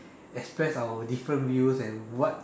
express our different views and what